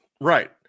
right